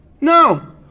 No